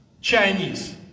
Chinese